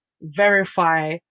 verify